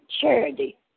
charity